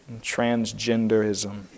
transgenderism